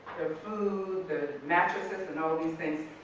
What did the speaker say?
food, the mattresses and all these things,